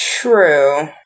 True